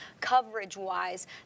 coverage-wise